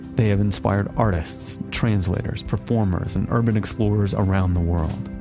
they have inspired artists, translators, performers, and urban explorers around the world.